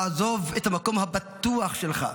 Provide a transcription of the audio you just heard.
לעזוב את המקום הבטוח שלך,